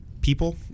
people